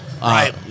Right